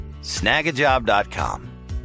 snagajob.com